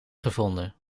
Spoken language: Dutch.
gevonden